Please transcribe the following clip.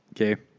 Okay